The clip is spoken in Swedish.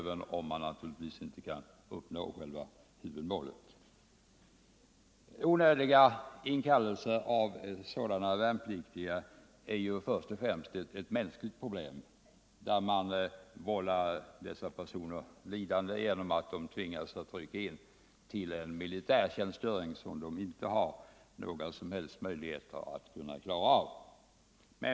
Onödiga inkallelser av värnpliktiga med psykiska besvär är först och främst ett mänskligt problem, där man vållar dessa personer lidande genom att de tvingas rycka in till en militärtjänstgöring som de inte har några som helst möjligheter att kunna klara av.